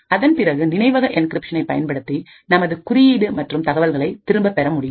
அதன் பிறகுநினைவக என்கிரிப்ஷனை பயன்படுத்தி நமது குறியீடு மற்றும் தகவல்களை திரும்பப் பெற முடியும்